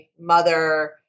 mother